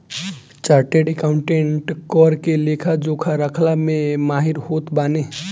chartered accountant कर के लेखा जोखा रखला में माहिर होत बाने